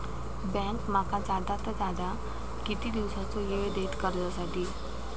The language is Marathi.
बँक माका जादात जादा किती दिवसाचो येळ देयीत कर्जासाठी?